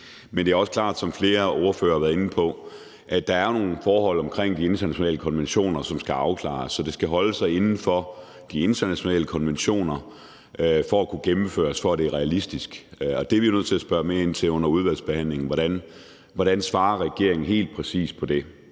Men det er også klart, som flere ordførere har været inde på, at der er nogle forhold omkring de internationale konventioner, som skal afklares. Så det skal holde sig inden for de internationale konventioner for at kunne gennemføres, og for at det er realistisk. Og det er vi nødt til at spørge mere ind til under udvalgsbehandlingen – altså hvordan regeringen helt præcis svarer